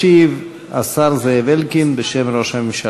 ישיב השר זאב אלקין בשם ראש הממשלה.